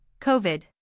COVID